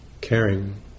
caring